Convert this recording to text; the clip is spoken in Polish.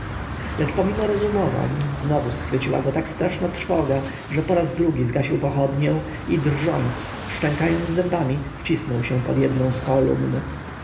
lecz pomimo rozumowań znowu schwyciła go tak straszna trwoga że po raz drugi zgasił pochodnię i drżąc szczękając zębami wcisnął się pod jedną z kolumn